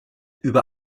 über